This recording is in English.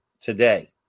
today